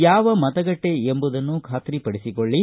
ಯಾವ ಮತಗಟ್ಟೆ ಎಂಬುದುನ್ನು ಖಾತ್ರಿಪಡಿಸಿಕೊಳ್ಳಿ